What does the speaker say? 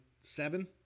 seven